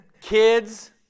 kids